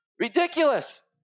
Ridiculous